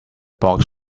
box